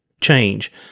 change